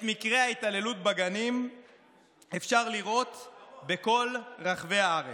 מקרי ההתעללות בגנים אפשר לראות בכל רחבי הארץ,